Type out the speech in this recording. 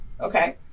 Okay